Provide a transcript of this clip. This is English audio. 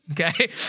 Okay